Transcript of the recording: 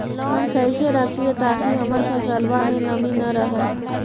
हम कैसे रखिये ताकी हमर फ़सल में नमी न रहै?